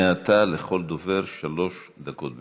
מעתה לכל דובר שלוש דקות.